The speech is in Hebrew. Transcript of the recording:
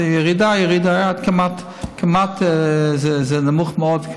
זו ירידה, כמעט, זה נמוך מאוד.